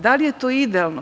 Da li je to idealno?